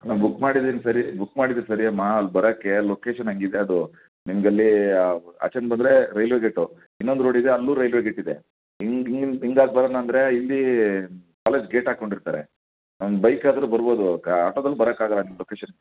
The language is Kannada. ಅಲ್ಲ ಬುಕ್ ಮಾಡಿದ್ದೀನಿ ಸರಿ ಬುಕ್ ಮಾಡಿದ್ದೀರಿ ಸರಿ ಅಮ್ಮ ಅಲ್ಲಿ ಬರಕ್ಕೆ ಲೊಕೇಷನ್ ಹಾಗಿದೆ ಅದು ನಿಮಗಲ್ಲಿ ಆಚೆಯಿಂದ ಬಂದರೆ ರೈಲ್ವೆ ಗೇಟ್ ಇನ್ನೊಂದು ರೋಡ್ ಇದೆ ಅಲ್ಲೂ ರೈಲ್ವೆ ಗೇಟ್ ಇದೆ ಹೀಗೆ ಹೀಗೆ ಹೀಗಾಗಿ ಬರೋಣ ಅಂದರೆ ಇಲ್ಲಿ ಕಾಲೇಜ್ ಗೇಟ್ ಹಾಕೊಂಡಿರ್ತಾರೆ ನನ್ನದು ಬೈಕ್ ಆದರೆ ಬರಬಹುದು ಕ ಆಟೋದಲ್ಲಿ ಬರಕ್ಕಾಗಲ್ಲ ನಿಮ್ಮ ಲೊಕೇಷನ್ಗೆ